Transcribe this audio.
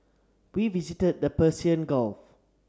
we visited the Persian Gulf